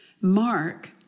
Mark